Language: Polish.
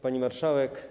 Pani Marszałek!